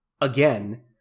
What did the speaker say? again